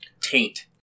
taint